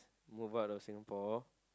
move out of Singapore